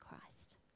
Christ